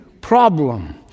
problem